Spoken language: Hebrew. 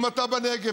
אם אתה בנגב,